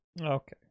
Okay